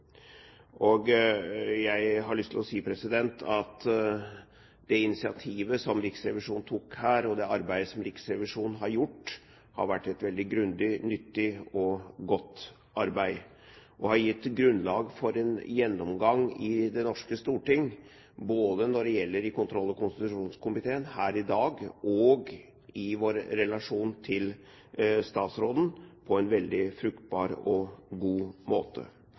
anledninger. Jeg har lyst til å si at det initiativet som Riksrevisjonen har tatt, og det arbeidet som Riksrevisjonen har gjort, et veldig grundig, nyttig og godt arbeid, har gitt grunnlag for en gjennomgang i Det norske storting – både i kontroll- og konstitusjonskomiteen, her i dag og i vår relasjon til statsråden – på en måte som er veldig fruktbar og god.